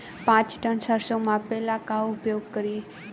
पाँच टन सरसो मापे ला का उपयोग करी?